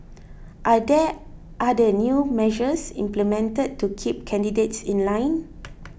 are there other new measures implemented to keep candidates in line